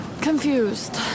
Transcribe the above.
Confused